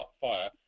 fire